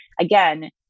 again